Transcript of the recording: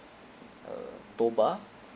uh toba